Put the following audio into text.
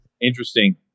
Interesting